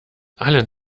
allen